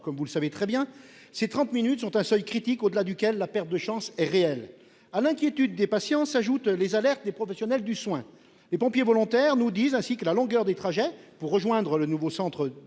comme vous le savez, de délai représente un seuil critique, au-delà duquel la perte de chance est réelle. À l'inquiétude des patients s'ajoutent les alertes des professionnels du soin. Les pompiers volontaires nous disent ainsi que la longueur des trajets risque non seulement de rendre